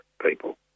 people